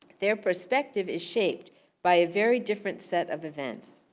their perspective is shaped by a very different set of events.